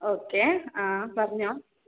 okay ആ പറഞ്ഞോളു